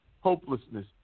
hopelessness